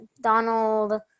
Donald